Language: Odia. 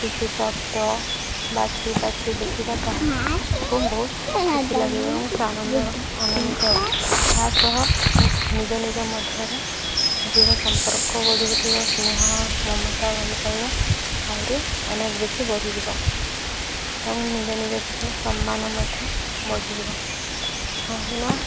କିଛି ଶବ୍ଦ ବାଛି ବାଛି ଲେଖିବା ତାହେଲେ ତାକୁ ବହୁତ ଖୁସି ଲାଗିବ ଏବଂ ସେ ଆନନ୍ଦ ଆନନ୍ଦିତ ହବ ତା ସହ ନିଜ ନିଜ ମଧ୍ୟରେ ଦୃଢ଼ ସମ୍ପର୍କ ବଢ଼ି ଉଠିବ ସ୍ନେହ ମମତା ଭଲ ପାଇବା ଆହୁରି ଅନେକ ବେଶୀ ବଢ଼ିଯିବ ଏବଂ ନିଜ ନିଜ ଭିତରେ ସମ୍ମାନ ମଧ୍ୟ ବଢ଼ିଯିବ କାହିଁକିନା